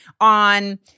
on